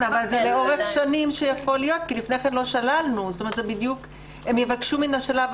יש לנו אבחנה שמייצרת לנו פילוח של כל תיקי הרצח או